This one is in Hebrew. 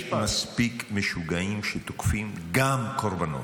יש פה מספיק משוגעים שתוקפים גם קורבנות,